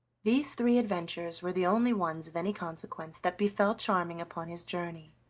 these three adventures were the only ones of any consequence that befell charming upon his journey,